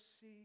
see